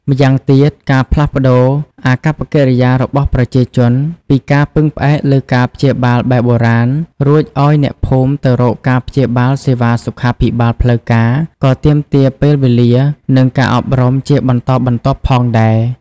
ម្យ៉ាងទៀត ការផ្លាស់ប្តូរ អាកប្បកិរិយារបស់ប្រជាជន ពីការពឹងផ្អែកលើការព្យាបាលបែបបុរាណ រួចអោយអ្នកភូមិទៅរកការព្យាបាលសេវាសុខាភិបាលផ្លូវការ ក៏ទាមទារពេលវេលា និងការអប់រំជាបន្តបន្ទាប់ផងដែរ។